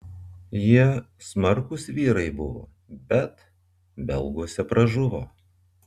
jie smarkūs vyrai buvo bet belguose pražuvo